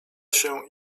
się